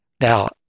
Now